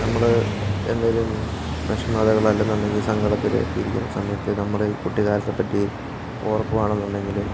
നമ്മൾ എന്തേലും വിഷമതകൾ അല്ലെന്നുണ്ടെങ്കിൽ സങ്കടത്തിലൊക്കെ ഇരിക്കുന്ന സമയത്ത് നമ്മൾ കുട്ടിക്കാലത്തെ പറ്റി ഓർക്കുവാണെന്നുണ്ടെങ്കിൽ